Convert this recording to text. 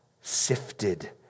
sifted